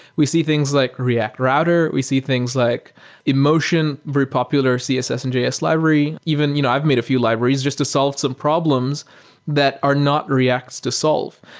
we see things like react router. we see things like emotion, very popular css and js library. even you know i've made a few libraries just to solve some problems that are not react's to solve.